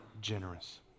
generous